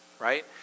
Right